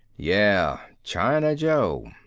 yeah, china joe.